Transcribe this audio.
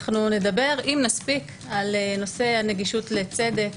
אנחנו נדבר, אם נספיק, על נושא הנגישות לצדק.